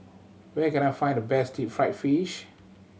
where can I find the best deep fried fish